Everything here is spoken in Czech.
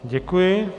Děkuji.